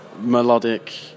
melodic